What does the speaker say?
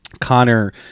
Connor